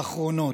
האחרונות.